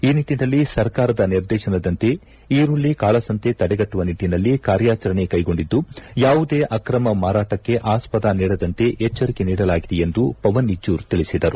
ಈ ನಿಟ್ಟನಲ್ಲಿ ಸರ್ಕಾರದ ನಿರ್ದೇಶನದಂತೆ ಈರುಳ್ಳಿ ಕಾಳಸಂತೆ ತಡೆಗಟ್ಟುವ ನಿಟ್ಟನಲ್ಲಿ ಕಾರ್ಕಾಚರಣೆ ಕೈಗೊಂಡಿದ್ದು ಯಾವುದೇ ಅಕ್ರಮ ಮಾರಾಟಕ್ಕೆ ಆಸ್ವದ ನೀಡದಂತೆ ಎಚ್ವರಿಕೆ ನೀಡಲಾಗಿದೆ ಎಂದು ಪವನ್ ನಿಜ್ಜೂರ್ ತಿಳಿಸಿದರು